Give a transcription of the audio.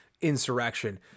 insurrection